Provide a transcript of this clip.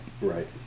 Right